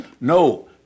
No